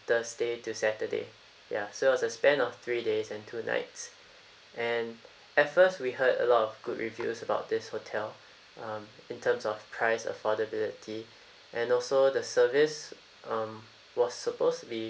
thursday to saturday ya so it was a span of three days and two nights and at first we heard a lot of good reviews about this hotel um in terms of price affordability and also the service um was supposed to be